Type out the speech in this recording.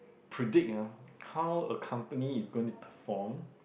predict ah how a company is going to perform